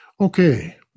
Okay